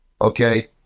okay